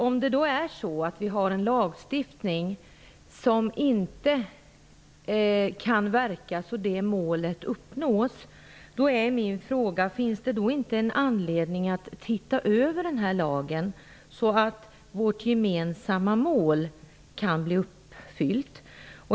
Om vi då har en lagstiftning som inte verkar för det mål som man önskar uppnå, undrar jag om det inte finns anledning att se över denna lag och se till att vårt gemensamma mål blir uppfyllt.